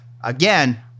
again